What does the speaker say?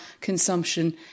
consumption